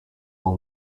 all